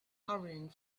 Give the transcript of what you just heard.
hurrying